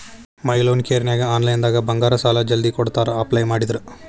ಮೈ loan ಕೇರನ್ಯಾಗ ಆನ್ಲೈನ್ನ್ಯಾಗ ಬಂಗಾರ ಸಾಲಾ ಜಲ್ದಿ ಕೊಡ್ತಾರಾ ಅಪ್ಲೈ ಮಾಡಿದ್ರ